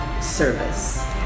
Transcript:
service